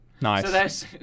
nice